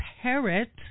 parrot